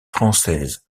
française